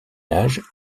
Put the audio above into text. âge